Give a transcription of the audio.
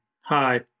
Hi